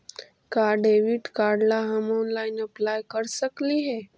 का debit card ला हम ऑनलाइन अप्लाई कर सकली हे?